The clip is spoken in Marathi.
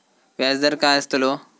व्याज दर काय आस्तलो?